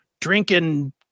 drinking